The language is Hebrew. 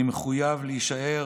אני מחויב להשאיר